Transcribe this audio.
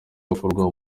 bakururwa